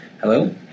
Hello